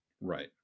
Right